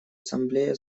ассамблея